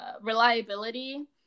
reliability